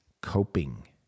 coping